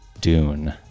dune